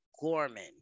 gorman